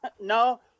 No